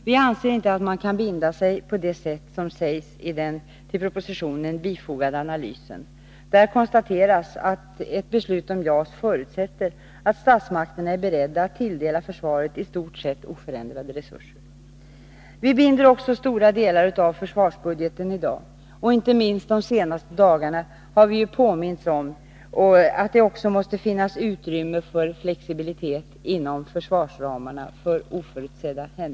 Vi anser inte att man kan binda sig på det sätt som sägs i den till propositionen fogade analysen. Där konstateras att ett beslut om JAS förutsätter att statsmakterna är beredda att tilldela försvaret i stort sett oförändrade resurser. Vi binder också stora delar av försvarsbudgeten. Inte minst de senaste dagarna har vi påmints om att det också måste finnas utrymme för flexibilitet, för oförutsedda händelser, inom försvarsramarna.